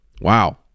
Wow